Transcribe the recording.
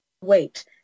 wait